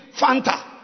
Fanta